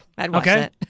Okay